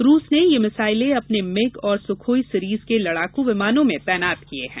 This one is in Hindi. रूस ने ये मिसाइलें अपने मिग और सुखोई सीरीज के लड़ाकू विमानों में तैनात किए हैं